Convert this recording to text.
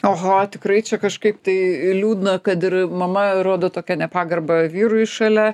oho tikrai čia kažkaip tai liūdna kad ir mama rodo tokia nepagarbą vyrui šalia